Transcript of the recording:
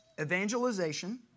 evangelization